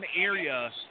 area